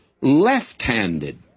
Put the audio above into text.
left-handed